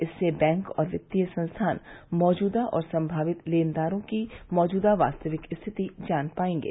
इससे बैंक और कितीय संस्थान मौजूदा और संमावित लेनदारों की मौजूदा वास्तविक स्थिति जान पाएंगे